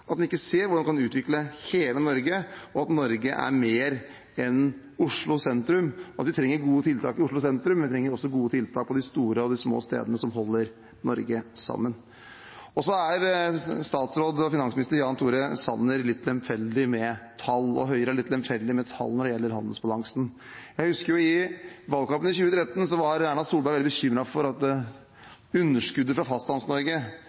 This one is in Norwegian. at de ikke ser hvordan de kan utvikle hele Norge, og at Norge er mer enn Oslo sentrum. Vi trenger gode tiltak i Oslo sentrum, men vi trenger gode tiltak også på de store og de små stedene som holder Norge sammen. Så er finansminister Jan Tore Sanner litt lemfeldig med tall, og Høyre er litt lemfeldig med tall når det gjelder handelsbalansen. Jeg husker at i valgkampen i 2013 var Erna Solberg veldig bekymret for underskuddet fra